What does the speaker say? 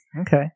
Okay